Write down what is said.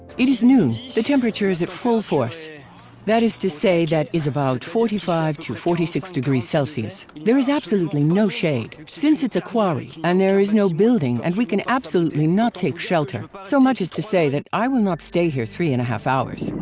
it is noon. the temperature is at full force. yeah that is to say that is about forty five deg to forty six deg celsius. there is absolutely no shade. since it's a quarry and there is no building and we can absolutely not take shelter. so much as to say that i will not stay here three and a half hours